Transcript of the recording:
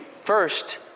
first